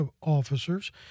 officers